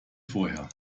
vorher